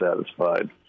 satisfied